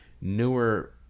newer